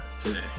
today